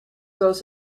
those